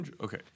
okay